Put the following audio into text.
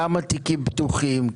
כמה תיקים פתוחים,